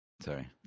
Sorry